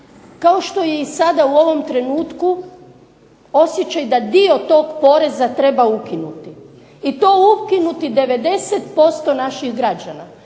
kao što je i sada u ovom trenutku osjećaj da dio tog poreza treba ukinuti, i to ukinuti 90% naših građana,